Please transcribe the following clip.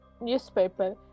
newspaper